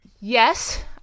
Yes